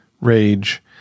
rage